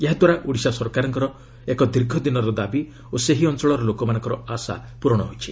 ଏହାଦ୍ୱାରା ଓଡ଼ିଶା ସରକାରଙ୍କ ଦୀର୍ଘ ଦିନର ଦାବି ଓ ସେହି ଅଞ୍ଚଳର ଲୋକମାନଙ୍କର ଆଶା ପୂରଣ ହୋଇଛି